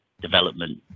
development